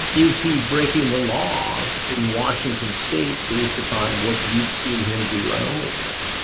is he breaking the law in washington state based upon what you've seen him do on onlyfans?